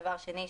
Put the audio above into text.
ודבר שני,